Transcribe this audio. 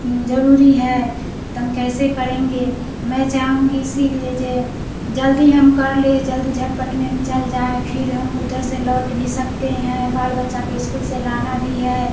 जरूरी है तो हम कैसे करेंगे मैं चाहूँगी इसीलिए जल्दी हम कर ले जल्दी झटपट में हम चल जाए फिर हम उधर से लौट भी सकते हैं बाल बच्चा को इस्कूल को लाना भी है